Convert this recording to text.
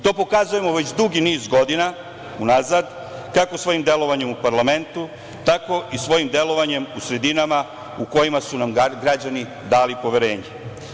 To pokazujemo već dugi niz godina unazad, kako svojim delovanjem u parlamentu, tako i svojim delovanjem u sredinama u kojima su nam građani dali poverenje.